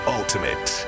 ultimate